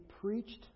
preached